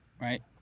Right